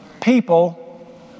People